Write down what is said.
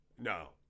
No